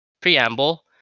preamble